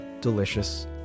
delicious